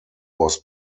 was